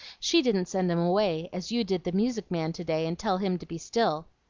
she didn't send him away, as you did the music-man to-day, and tell him to be still.